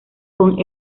con